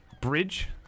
bridge